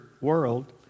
world